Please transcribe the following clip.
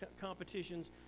competitions